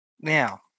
Now